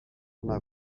ona